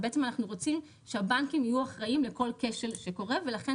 בעצם אנחנו רוצים שהבנקים יהיו אחראים לכל כשל שקורה ולכן